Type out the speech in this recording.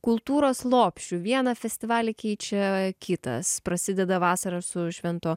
kultūros lopšiu vieną festivalį keičia kitas prasideda vasara su švento